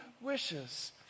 wishes